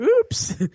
Oops